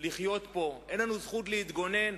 לחיות פה, אין לנו זכות להתגונן.